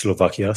סלובקיה,